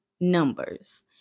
numbers